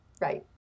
Right